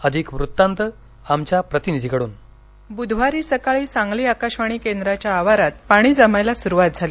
अधिक वृत्तांत आमच्या प्रतिनिधीकडून बुधवारी सकाळी सांगली केंद्राच्या आवारात पाणी जमायला सुरुवात झाली